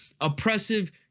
oppressive